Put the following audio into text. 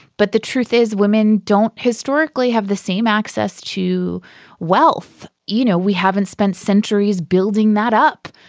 but the truth is women don't historically have the same access to wealth. you know we haven't spent centuries building that up.